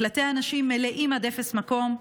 מקלטי הנשים מלאים עד אפס מקום,